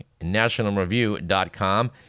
nationalreview.com